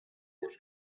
wars